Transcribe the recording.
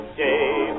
day